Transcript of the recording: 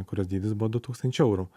kurios dydis buvo du tūkstančiai eurų